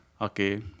okay